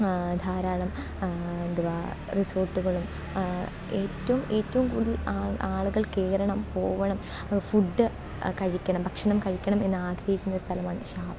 ധാരാളം എന്തുവാ റിസോർട്ടുകളും ഏറ്റവും ഏറ്റവും കൂടുതൽ ആൾ ആളുകൾ കയറണം പോവണം ഫുഡ് കഴിക്കണം ഭക്ഷണം കഴിക്കണം എന്ന് ആഗ്രഹിക്കുന്ന സ്ഥലമാണ് ഷാപ്പ്